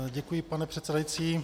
Děkuji, pane předsedající.